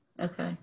Okay